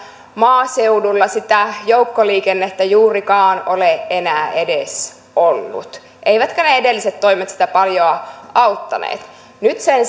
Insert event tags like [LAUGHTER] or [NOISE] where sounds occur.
maaseudulla sitä joukkoliikennettä juurikaan ole enää edes ollut eivätkä ne edelliset toimet sitä paljoa auttaneet nyt sen [UNINTELLIGIBLE]